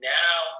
now